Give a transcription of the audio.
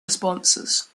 responses